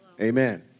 Amen